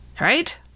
Right